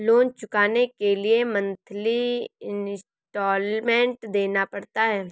loan चुकाने के लिए मंथली इन्सटॉलमेंट देना पड़ता है